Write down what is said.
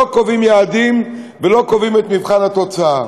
לא קובעים יעדים ולא קובעים את מבחן התוצאה.